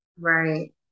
right